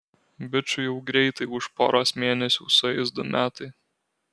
bičui jau greitai už poros mėnesių sueis du metai